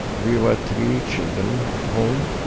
we were three children at home,